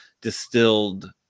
distilled